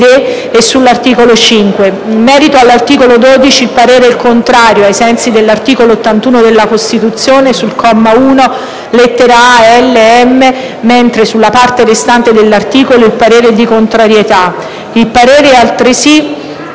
e sull'articolo 5. In merito all'articolo 12 il parere è contrario, ai sensi dell'articolo 81 della Costituzione, sul comma 1, lettere *a)*, *l)* ed *m)*, mentre, sulla parte restante dell'articolo, il parere è di contrarietà. Il parere è reso,